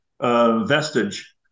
vestige